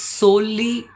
solely